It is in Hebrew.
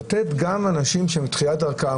לתת גם לאנשים שהם בתחילת דרכם,